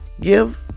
give